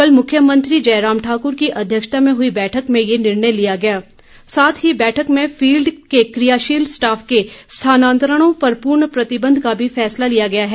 कल मुख्यमंत्री की अध्यक्षता में हुई बैठक में यह भी निर्णय लिया गया साथ ही बैठक में फील्ड के क्रियाशील स्टाफ के स्थानांतरणों पर पुर्ण प्रतिबन्ध का भी फैसला लिया है